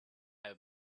have